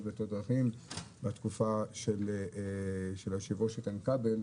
בדרכים בתקופה של היו"ר איתן כבל.